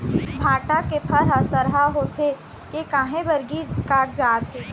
भांटा के फर हर सरहा होथे के काहे बर गिर कागजात हे?